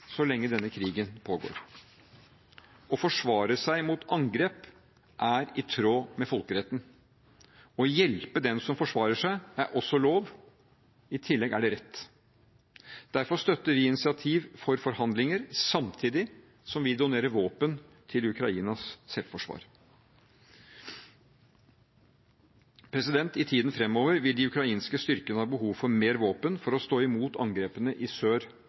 så lenge denne krigen pågår. Å forsvare seg mot angrep er i tråd med folkeretten. Å hjelpe den som forsvarer seg, er også lov – i tillegg er det rett. Derfor støtter vi initiativ for forhandlinger samtidig som vi donerer våpen til Ukrainas selvforsvar. I tiden framover vil de ukrainske styrkene ha behov for mer våpen for å stå imot angrepene i sør